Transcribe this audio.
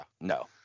no